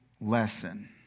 lesson